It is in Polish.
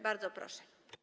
Bardzo proszę.